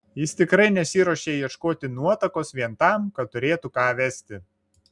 jis tikrai nesiruošė ieškoti nuotakos vien tam kad turėtų ką vesti